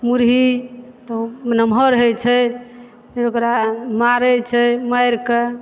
मुरही तऽ नमहर होइ छै फेर ओकरा मारै छै मारि कऽ